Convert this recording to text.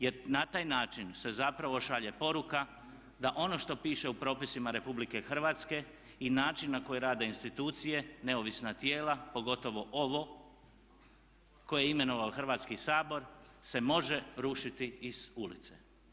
Jer na taj način se zapravo šalje poruka da ono što piše u propisima RH i način na koji rade institucije, neovisna tijela pogotovo ovo koje je imenovao Hrvatski sabor se može rušiti iz ulice.